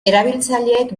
erabiltzaileek